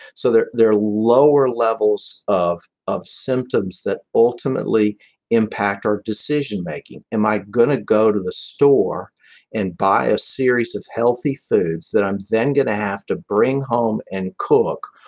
so there are lower levels of of symptoms that ultimately impact our decision making. am i going to go to the store and buy a series of healthy foods that i'm then going to have to bring home and cook?